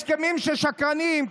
הסכמים של שקרנים,